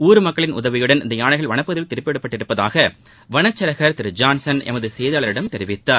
ஊள்மக்களின் உதவியுடன் இந்த யானைகள் வளப்பகுதிக்குள் திருப்பிவிடப்பட்டள்ளதாக வனச்சரகா் திரு ஜான்சன் எமது செய்தியாளரிடம் தெரிவித்தார்